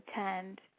attend